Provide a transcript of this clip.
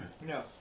No